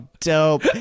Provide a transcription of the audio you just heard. dope